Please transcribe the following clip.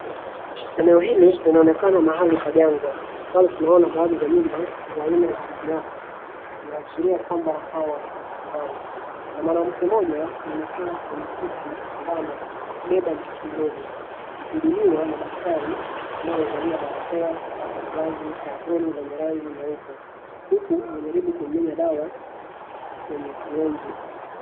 Eneo hili linaonekana mahali pa jangwa. Pale tunaona baadhi za nyumba za aina za manyatta kuashiria kwamba hawa ni Maasai. Kuna mwanamke mmoja amekaa kwenye kiti ambaye amebeba mtoto mdogo akihudumiwa na daktari ambaye amevali barakoa na vazi la aproni lenye rangi nyeupe huku anajaribu kumimina dawa kwenye sireji .